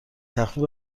تخفیف